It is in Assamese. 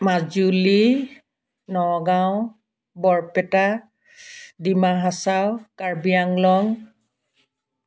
মাজুলী নগাঁও বৰপেটা ডিমা হাচাও কাৰ্বি আংলং